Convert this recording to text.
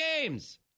games